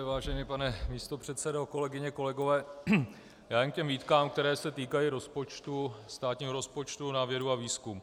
Vážený pane místopředsedo, kolegyně, kolegové, já jen k těm výtkám, které se týkají státního rozpočtu na vědu a výzkum.